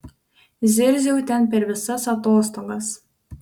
zirziau ten per visas atostogas